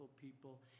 people